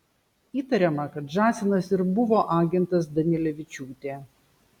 įtariama kad žąsinas ir buvo agentas danilevičiūtė